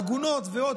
עגונות ועוד,